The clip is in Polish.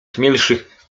śmielszych